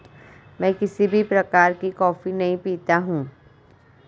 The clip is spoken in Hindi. मैं किसी भी प्रकार की कॉफी नहीं पीता हूँ